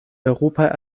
europa